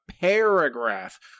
paragraph